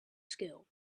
skill